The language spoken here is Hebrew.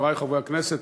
חברי חברי הכנסת,